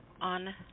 on